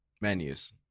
menus